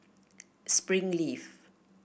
springleaf